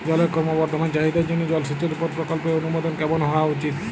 জলের ক্রমবর্ধমান চাহিদার জন্য জলসেচের উপর প্রকল্পের অনুমোদন কেমন হওয়া উচিৎ?